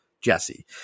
Jesse